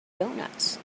donuts